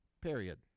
period